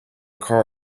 car